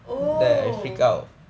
oh